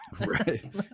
Right